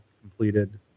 completed